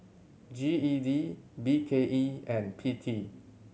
G E D B K E and P T